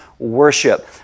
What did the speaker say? Worship